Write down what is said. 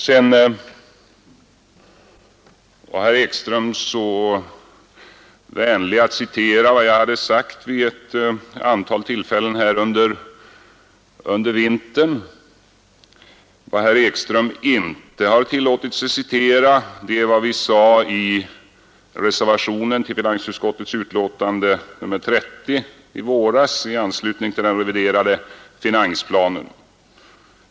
Sedan var herr Ekström så vänlig att han citerade vad jag sagt vid ett antal tillfällen under vintern, men vad herr Ekström inte tillåtit sig citera är vad vi uttalade i reservationen till finansutskottets betänkande nr 30 i våras i anslutning till den reviderade finansplanen.